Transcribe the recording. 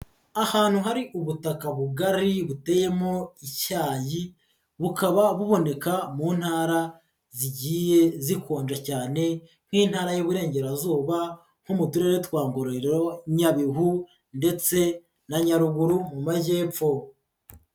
Ahantu hari ubutaka bugari buteyemo icyayi bukaba buboneka mu ntara zigiye zikonja cyane nk'intara y'Iburengerazuba nko mu turere twa Ngororero, Nyabihu ndetse na Nyaruguru mu Majyepfo.